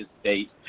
state